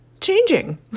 changing